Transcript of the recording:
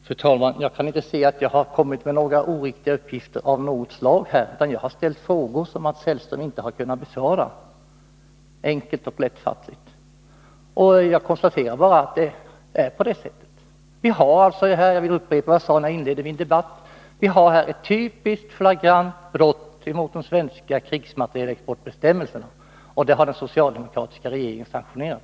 Fru talman! Jag kan inte minnas att jag lämnat några oriktiga uppgifter. Jag har bara enkelt och lättfattligt ställt några frågor, vilka Mats Hellström inte har besvarat. Jag kan endast konstatera att det är så. Vi konstaterar här alltså — jag upprepar vad jag inledningsvis sade i den här debatten — ett typiskt, ett flagrant brott mot de svenska krigsmaterielexportbestämmelserna, och det har den socialdemokratiska regeringen sanktionerat.